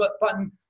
button